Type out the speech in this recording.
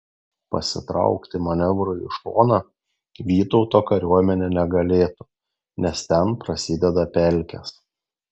pasitraukti manevrui į šoną vytauto kariuomenė negalėtų nes ten prasideda pelkės